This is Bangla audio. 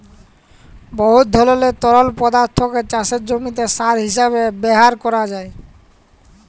বহুত ধরলের তরল পদাথ্থকে চাষের জমিতে সার হিঁসাবে ব্যাভার ক্যরা যায়